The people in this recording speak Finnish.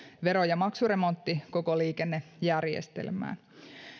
vero ja maksuremontin koko liikennejärjestelmään